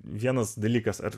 vienas dalykas ar